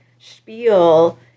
spiel